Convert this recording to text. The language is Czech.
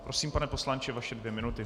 Prosím, pane poslanče, vaše dvě minuty.